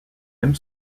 même